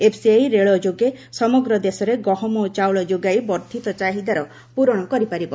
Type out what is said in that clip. FCI ରେଳ ଯୋଗେ ସମଗ୍ର ଦେଶରେ ଗହମ ଓ ଚାଉଳ ଯୋଗାଇ ବର୍ଦ୍ଧିତ ଚାହିଦାର ପୂରଣ କରିପାରିବ